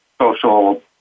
social